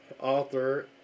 author